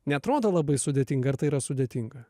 neatrodo labai sudėtinga ar tai yra sudėtinga